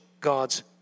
God's